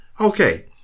Okay